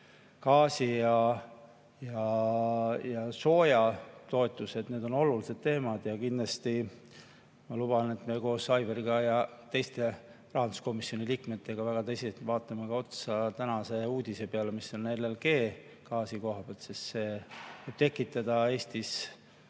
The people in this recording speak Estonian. gaasi‑ ja soojatoetused. Need on olulised teemad. Ja kindlasti ma luban, et me koos Aivariga ja teiste rahanduskomisjoni liikmetega väga tõsiselt vaatame tänase uudise peale, mis on LNG koha pealt, sest see võib tekitada Eestis